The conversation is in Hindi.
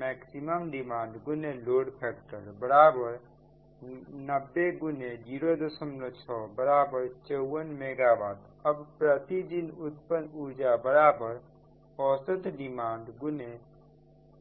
मैक्सिमम डिमांड x लोड फैक्टर90x0654 मेगा वाट अब प्रतिदिन उत्पन्न उर्जा औसत डिमांड x